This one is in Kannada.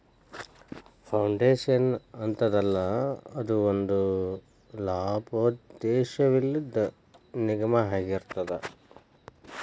ಫೌಂಡೇಶನ್ ಅಂತದಲ್ಲಾ, ಅದು ಒಂದ ಲಾಭೋದ್ದೇಶವಿಲ್ಲದ್ ನಿಗಮಾಅಗಿರ್ತದ